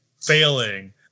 failing